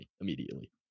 immediately